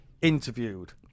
interviewed